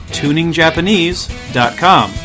tuningjapanese.com